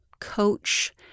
coach